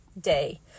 day